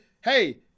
hey